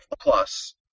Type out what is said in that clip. Plus